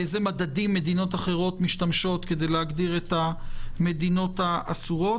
באיזה מדדים מדינות אחרות משתמשות כדי להגדיר את המדינות האסורות?